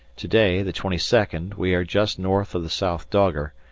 to-day, the twenty second, we are just north of the south dogger,